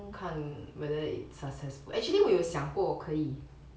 看 whether it's successful actually 我有想过可以